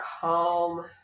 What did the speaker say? calm